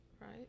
Right